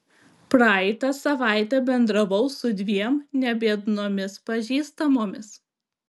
praeitą savaitę bendravau su dviem nebiednomis pažįstamomis